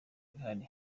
ibihari